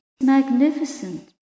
magnificent